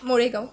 Morigaon